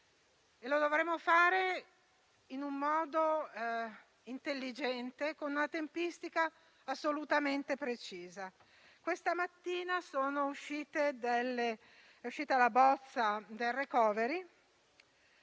Lo dovremo fare in un modo intelligente e con una tempistica assolutamente precisa. Questa mattina è uscita la bozza del *recovery*